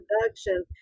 production